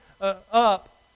up